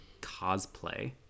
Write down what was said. Cosplay